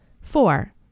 Four